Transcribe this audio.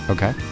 Okay